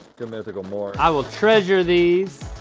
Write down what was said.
good mythical more. i will treasure these.